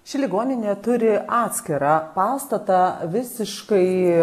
ši ligoninė turi atskirą pastatą visiškai